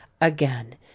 again